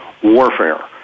warfare